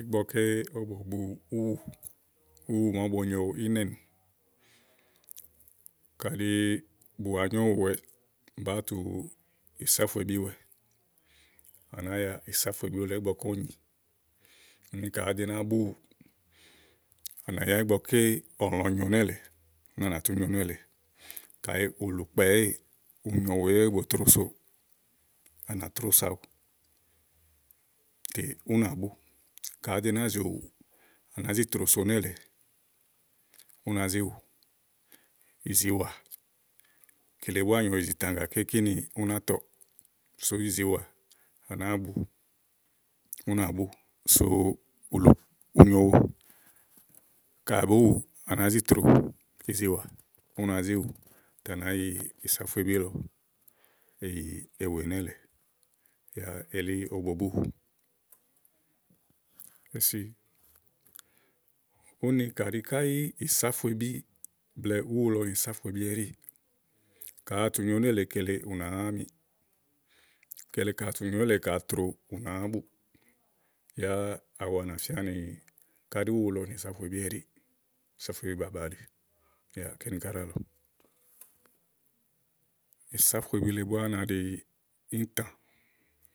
ígbɔké ówó bo bu úwù úwù màa ówó bo nyo ínɛ. Kàɖi bù wa nyo úwuɔwɛ, bàáa tu ìsáfuebíɔwɛ à nàáa ya ìsáfuebí lɔ ígbɔké úni nyì ka àá do náa bu úwùù, à nà yá ígbɔké ɔwɔ nyo nélèe úni à nà tú nyo nélèe kayi ùlùkpɛ èéè, unyowo èéè o tro so à nà tró so awu, tè ú nà bú ka àá do náa zì owù, à nàá zi tròoso nélèe, ú nàá zi wù, ìziwà, kele búá nyòo ìzitã gàké kínì ú ná tɔ̀ɔ̀ sú ìziwà à nàáa bu ú nà bú, so ùlù, unyowo. Ka à ɖòó wu à nàá zi tròo ìziwà ú nàá zi wù tè à nàá yi ìsáfuebí lɔ èyì wè nélèe yá elí ówó bo bu úwù úni kàɖi kàɖi ìsáfuebí blɛ̀ɛ úwu lɔ ìsáfuebí ɛɖíì, ka à tu nyo nélèe kele ù nàáámíí, kele kaà tu nyo nélée kaà tro ùnààà búù yá awu à nà fía ni káyí úwu lɔ nìsáfuebí ɛɖíì, ìsáfuebí baba ɛɖí yá kíni ká ɖíàlɔ. ìsáfuebí le búá na ɖi íìntà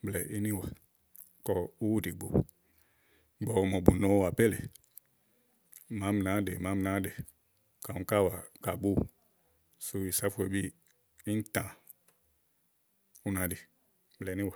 blɛ̀ɛ ínìwà kɔ úwù ɖìigbo kɔ mò bù no àpé lèe, màámi nàáa ɖè, màámi nàáaɖè ka àámi ká wàa ká wàa kà bú úwù sú ìsáfuebí íìntà ú na ɖi blɛ̀ɛ ínìwà.